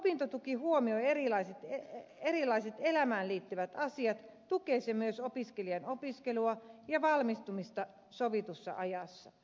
kun opintotuki huomioi erilaiset elämään liittyvät asiat tukee se myös opiskelijan opiskelua ja valmistumista sovitussa ajassa